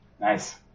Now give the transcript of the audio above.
Nice